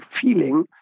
feeling